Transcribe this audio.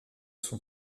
son